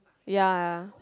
ya